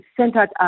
centered